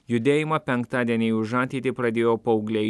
judėjimą penktadieniai už ateitį pradėjo paaugliai